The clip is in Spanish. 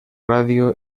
radio